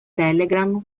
telegram